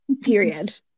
period